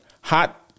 hot